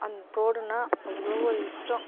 அந்த தோடுன்னா அவ்வளோ ஒரு இஷ்டம்